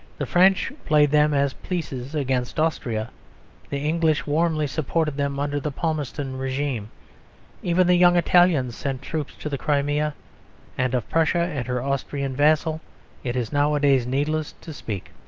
the french played them as pieces against austria the english warmly supported them under the palmerston regime even the young italians sent troops to the crimea and of prussia and her austrian vassal it is nowadays needless to speak.